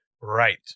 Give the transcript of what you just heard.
Right